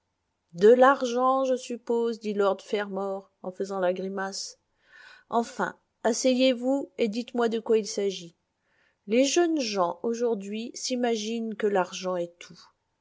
de l'argent je suppose dit lord fermor en faisant la grimace enfin asseyez-vous et dites-moi de quoi il s'agit les jeunes gens aujourd'hui s'imaginent que l'argent est tout